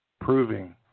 proving